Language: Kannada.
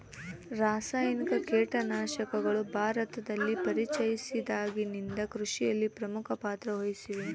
ರಾಸಾಯನಿಕ ಕೇಟನಾಶಕಗಳು ಭಾರತದಲ್ಲಿ ಪರಿಚಯಿಸಿದಾಗಿನಿಂದ ಕೃಷಿಯಲ್ಲಿ ಪ್ರಮುಖ ಪಾತ್ರ ವಹಿಸಿವೆ